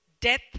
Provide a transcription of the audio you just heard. death